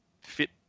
fit